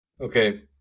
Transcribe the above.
Okay